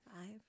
Five